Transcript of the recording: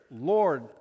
Lord